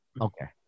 Okay